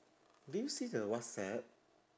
did you see the whatsapp